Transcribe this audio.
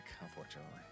unfortunately